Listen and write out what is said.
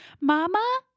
Mama